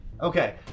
Okay